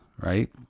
right